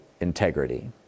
integrity